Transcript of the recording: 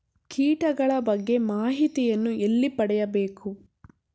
ಕೀಟಗಳ ಬಗ್ಗೆ ಮಾಹಿತಿಯನ್ನು ಎಲ್ಲಿ ಪಡೆಯಬೇಕು?